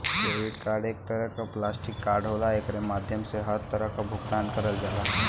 credit card एक तरे क प्लास्टिक कार्ड होला एकरे माध्यम से हर तरह क भुगतान करल जाला